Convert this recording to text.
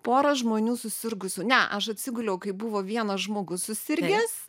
pora žmonių susirgusių ne aš atsiguliau kai buvo vienas žmogus susirgęs